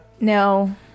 No